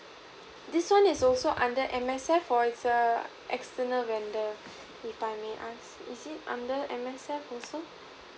this one is also under M_S_F or it's a external vendor if I may ask is it under M_S_F also